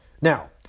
Now